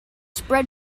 spread